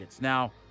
Now